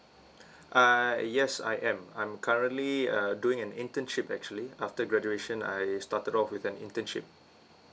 uh yes I am I'm currently uh doing an internship actually after graduation I started off with an internship